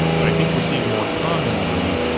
but i think we're seeing more commonly